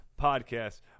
podcast